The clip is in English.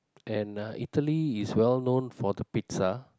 and uh Italy is well known for the pizza